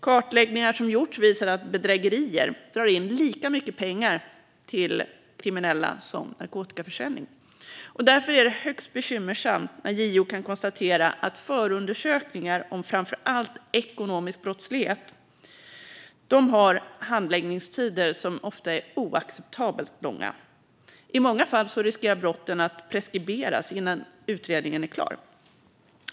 Kartläggningar som gjorts visar att bedrägerier drar in lika mycket pengar till kriminella som narkotikaförsäljning. Därför är det högst bekymmersamt att JO konstaterar att förundersökningar om framför allt ekonomisk brottslighet har handläggningstider som ofta är oacceptabelt långa. I många fall finns det risk att brotten preskriberas innan utredningen är klar.